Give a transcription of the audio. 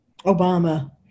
Obama